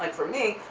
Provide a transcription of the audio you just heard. like for me,